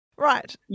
Right